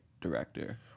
director